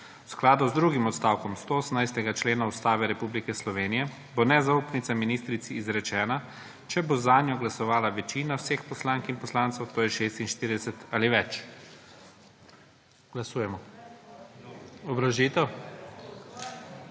V skladu z drugim odstavkom 118. člena Ustave Republike Slovenije bo nezaupnica ministrici izrečena, če bo zanjo glasovala večina vseh poslank in poslancev, to je 46 ali več. Obrazložitev